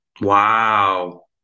Wow